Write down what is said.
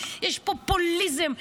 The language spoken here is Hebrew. יש פופוליזם,